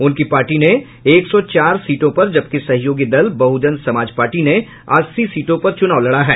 उनकी पार्टी ने एक सौ चार सीटों पर जबकि सहयोगी दल बहुजन समाज पार्टी ने अस्सी सीटों पर चुनाव लड़ा है